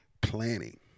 planning